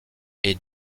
est